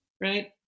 right